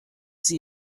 sie